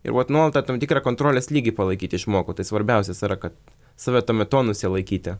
ir vat nuolat tą tam tikrą kontrolės lygį palaikyt išmokau tai svarbiausias yra kad save tame tonuse laikyti